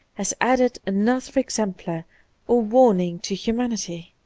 has added another exemplar or warning to humanity.